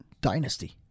dynasty